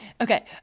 Okay